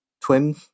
twin